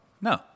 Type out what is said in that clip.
No